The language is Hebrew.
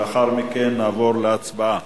לאחר מכן נעבור להצבעה.